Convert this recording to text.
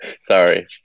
Sorry